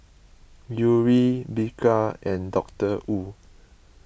Yuri Bika and Doctor Wu